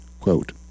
Quote